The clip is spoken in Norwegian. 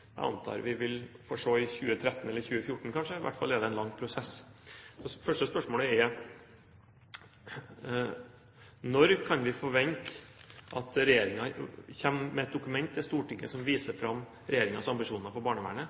jeg antar deretter skal ende opp i et stortingsdokument som vi antageligvis vil få i 2013 eller 2014 – i hvert fall er det en lang prosess. Det første spørsmålet er: Når kan vi forvente at regjeringen kommer med et dokument til Stortinget som viser fram regjeringens ambisjoner for barnevernet?